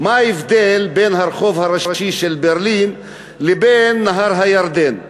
מה ההבדל בין הרחוב הראשי של ברלין לבין נהר הירדן?